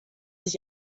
sich